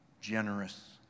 generous